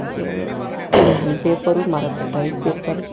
म्हणजे आनी पेपरूय मारप पडटाय पेपर